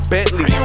Bentley